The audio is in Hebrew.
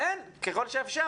והן ככל שאפשר,